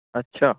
ਅੱਛਾ